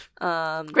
Great